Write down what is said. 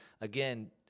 again